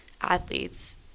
athletes